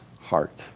heart